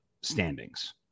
standings